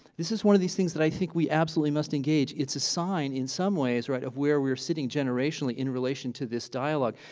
this is one of these things that i think we absolutely must engage. it's a sign in some ways of where we were sitting generationally in relation to this dialogue.